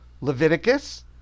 Leviticus